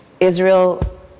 Israel